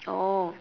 oh